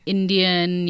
Indian